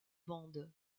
bandes